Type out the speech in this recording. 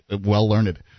Well-learned